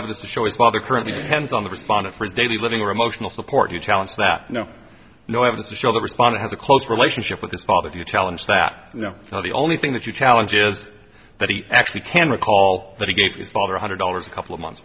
evidence to show his father currently hands on the respondent for his daily living room motional support you challenge that no new evidence to show that responder has a close relationship with his father to challenge that you know the only thing that you challenge is that he actually can recall that he gave his father one hundred dollars a couple of months